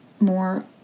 more